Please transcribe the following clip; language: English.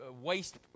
waste